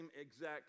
exact